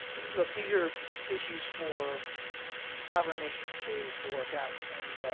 look, these are issues for sovereign nations to to work out. and